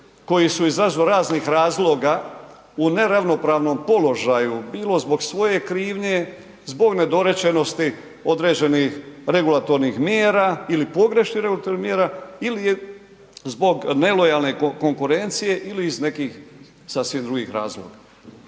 koji su iz raznoraznih razloga u neravnopravnom položaju bilo zbog svoje krivnje, zbog nedorečenosti određenih regulatornih mjera ili pogrešnih regulatornih mjera ili zbog nelojalne konkurencije ili iz nekih sasvim drugih razloga.